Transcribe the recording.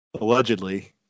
Allegedly